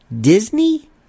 Disney